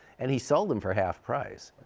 and he sold them for half price.